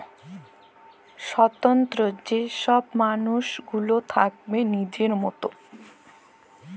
স্বতলত্র যে ছব মালুস গিলা থ্যাকবেক লিজের মতল